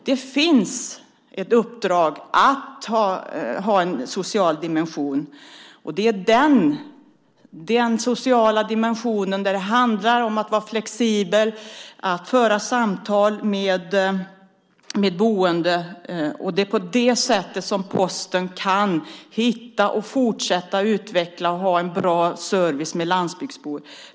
Det finns ett uppdrag att ha en social dimension, och det är den sociala dimension som handlar om att vara flexibel och att föra samtal med boende. Det är på det sättet som Posten kan fortsätta att utvecklas och ha en bra service för landsbygdsbor.